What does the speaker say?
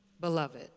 beloved